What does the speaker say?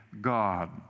God